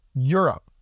Europe